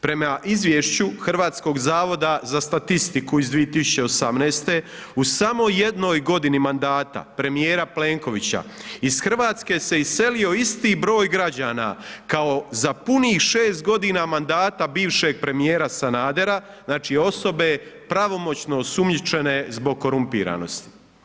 Prema izvješću Hrvatskog zavoda za statistiku iz 2018. u samo jednoj godini mandata premijera Plenkovića, iz Hrvatske se iselio isti broj građana kao za punih 6 g. mandata bivšeg premijera Sanadera, znači osobe pravomoćno osumnjičene zbog korumpiranosti.